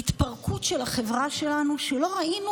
התפרקות של החברה שלנו שלא ראינו